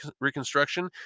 reconstruction